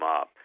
up